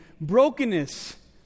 brokenness